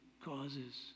causes